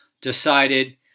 decided